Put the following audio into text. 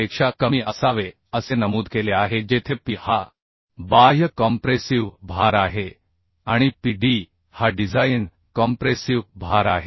पेक्षा कमी असावे असे नमूद केले आहे जेथे P हा बाह्य कॉम्प्रेसिव भार आहे आणि P D हा डिझाइन कॉम्प्रेसिव भार आहे